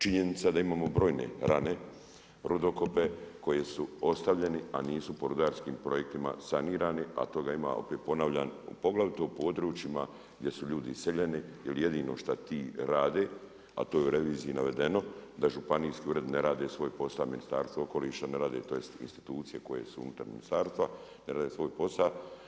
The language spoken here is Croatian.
Činjenica da imamo brojne rane rudokope koji su ostavljeni, a nisu po rudarski projektima sanirani, a toga ima opet ponavljam poglavito u područjima gdje su ljudi iseljeni jel jedino šta ti rade, a to je u reviziji navedeno da županijski ured ne radi svoj posal, Ministarstvo okoliša ne radi, tj. institucije koje su unutar ministarstva ne rade svoj posal.